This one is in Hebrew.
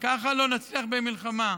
ככה לא נצליח במלחמה.